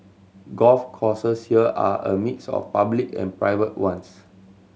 golf courses here are a mix of public and private ones